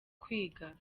kwiga